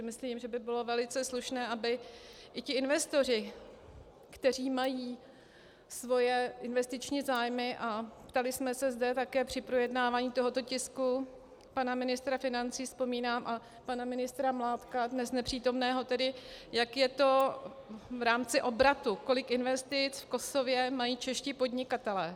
Myslím, že by bylo velice slušné, aby i ti investoři, kteří mají své investiční zájmy, a ptali jsme se zde také při projednávání tohoto tisku pana ministra financí, vzpomínám, a pana ministra Mládka, dnes nepřítomného, jak je to v rámci obratu, kolik investic v Kosově mají čeští podnikatelé.